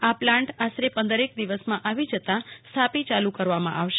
આ પ્લાન્ટ આશરે પંદરેક દિવસમાં આવી જતા સ્થાપી ચાલુ કરવામાં આવશે